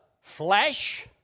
flesh